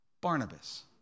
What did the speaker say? Barnabas